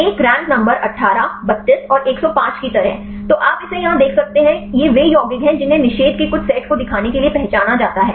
एक rank number 18 32 और 105 की तरह तो आप इसे यहाँ देख सकते हैं ये वे यौगिक हैं जिन्हें निषेध के कुछ सेट को दिखाने के लिए पहचाना जाता है